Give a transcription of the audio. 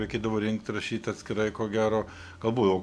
reikėdavo rinkt rašyt atskirai ko gero gal buvo jau